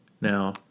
Now